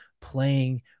playing